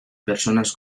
personas